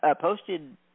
posted